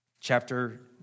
Chapter